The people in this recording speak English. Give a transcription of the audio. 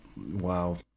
wow